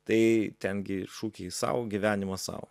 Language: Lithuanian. tai ten gi šūkiai sau gyvenimas sau